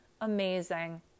amazing